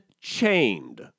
chained